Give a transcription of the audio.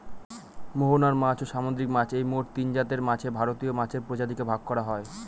মোহনার মাছ, ও সামুদ্রিক মাছ এই মোট তিনজাতের মাছে ভারতীয় মাছের প্রজাতিকে ভাগ করা যায়